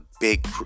big